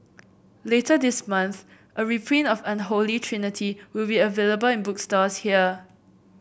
later this month a reprint of Unholy Trinity will be available in bookstores here